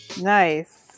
Nice